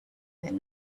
that